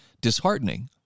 disheartening